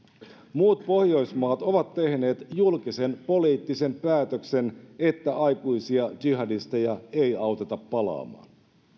muut pohjoismaat ovat tehneet julkisen poliittisen päätöksen että aikuisia jihadisteja ei auteta palaamaan